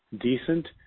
decent